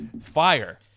fire